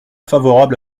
favorable